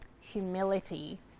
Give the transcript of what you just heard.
humility